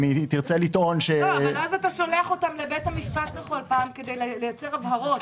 אם היא תרצה לטעון- -- אבל אז אתה שולח אותם לבית המשפט לייצר הבהרות,